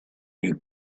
you